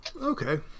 Okay